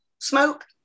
smoke